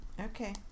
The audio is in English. Okay